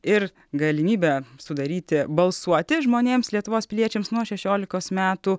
ir galimybę sudaryti balsuoti žmonėms lietuvos piliečiams nuo šešiolikos metų